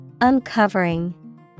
Uncovering